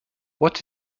what